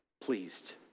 pleased